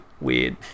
weird